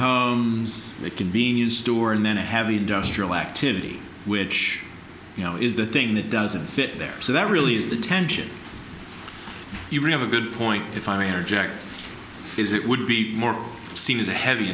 homes a convenience store and then a heavy industrial activity which you know is the thing that doesn't fit there so that really is the tension you really have a good point if i may interject is it would be more seen as a heavy